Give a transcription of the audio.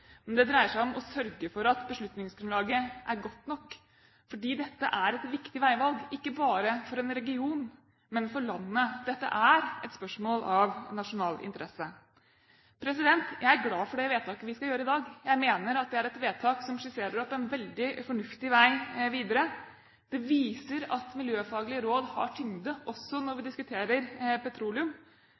men det dreier seg om å sørge for at beslutningsgrunnlaget er godt nok, fordi dette er et viktig veivalg, ikke bare for en region, men for landet. Dette er et spørsmål av nasjonal interesse. Jeg er glad for det vedtaket vi skal gjøre i dag. Jeg mener det er et vedtak som skisserer opp en veldig fornuftig vei videre. Det viser at miljøfaglige råd har tyngde, også når vi diskuterer petroleum,